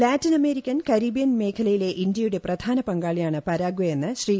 Latin American Caribbean മേഖലയിലെ ഇന്ത്യയുടെ പ്രധാന പങ്കാളിയാണ് പരാഗ്വെയെന്ന് ശ്രീ